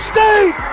State